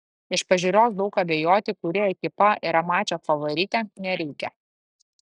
iš pažiūros daug abejoti kuri ekipa yra mačo favoritė nereikia